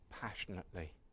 passionately